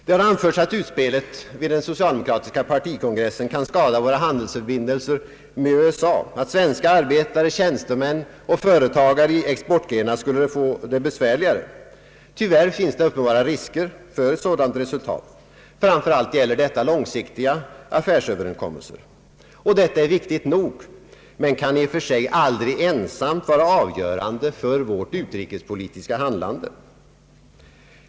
Det har anförts att utspelet vid den socialdemokratiska partikongressen kan komma att skada våra handelsförbindelser med USA, att svenska arbetare och tjänstemän samt företagare i exportgrenar skulle få det besvärligare. Tyvärr finns uppenbara risker för ett sådant resultat, framför allt gäller detta långsiktiga affärsöverenskommelser. Detta är viktigt nog men kan i och för sig aldrig vara avgörande för vårt utrikespolitiska handlande.